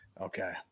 Okay